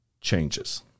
changes